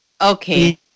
Okay